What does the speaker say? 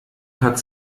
hat